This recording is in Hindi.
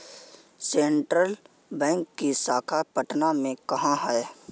सेंट्रल बैंक की शाखा पटना में कहाँ है?